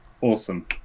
Awesome